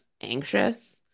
anxious